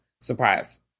Surprise